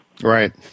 Right